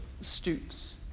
stoops